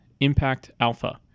impactalpha